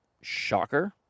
shocker